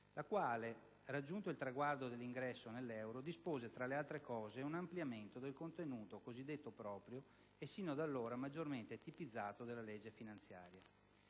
la quale, raggiunto il traguardo dell'ingresso nell'euro, dispose, tra le altre cose, un ampliamento del contenuto cosiddetto proprio e sino ad allora maggiormente tipizzato della legge finanziaria.